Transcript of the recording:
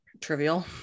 trivial